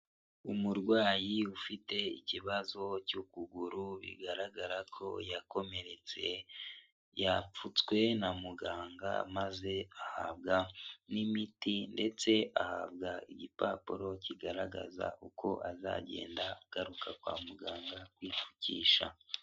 Umurwayi ufite ikibazo cy'ukuguru bigaragara ko yakomeretse yapfutswe na muganga maze ahabwa n'imiti ndetse ahabwa igipapuro kigaragaza uko azagenda agaruka kwa muganga kwipfugisha.